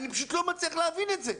אני פשוט לא מצליח להבין את זה.